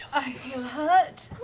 i feel hurt,